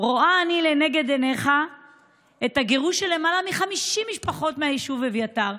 רואה אני לנגד עיניך את הגירוש של למעלה מ-50 משפחות מהיישוב אביתר,